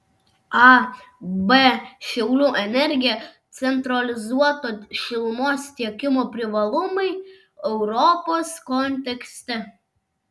ab šiaulių energija centralizuoto šilumos tiekimo privalumai europos kontekste